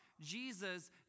Jesus